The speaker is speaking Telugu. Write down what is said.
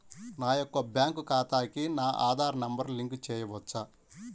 నా యొక్క బ్యాంక్ ఖాతాకి నా ఆధార్ నంబర్ లింక్ చేయవచ్చా?